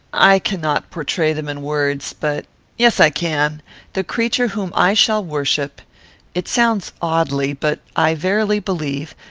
i cannot portray them in words but yes, i can the creature whom i shall worship it sounds oddly, but, i verily believe,